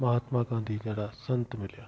महात्मा गांधी जहिड़ा संत मिलिया